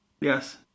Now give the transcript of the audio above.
Yes